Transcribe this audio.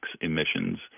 emissions